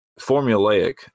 formulaic